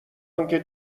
آنکه